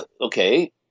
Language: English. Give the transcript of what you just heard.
Okay